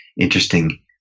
interesting